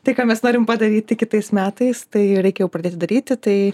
tai ką mes norim padaryti kitais metais tai reikia jau pradėti daryti tai